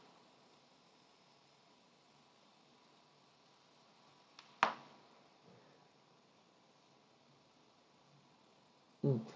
mm